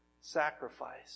Sacrifice